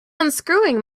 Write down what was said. unscrewing